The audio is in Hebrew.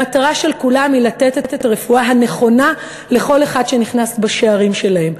המטרה של כולם היא לתת את הרפואה הנכונה לכל אחד שנכנס בשערים שלהם.